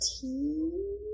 tea